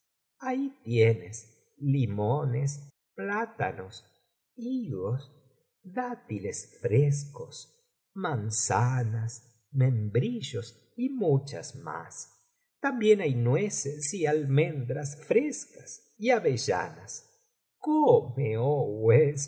ahí tienes limones plátanos higos dátiles frescos manzanas membrillos y muchas más también hay nueces y almendras frescas y avellanas come